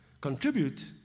contribute